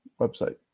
website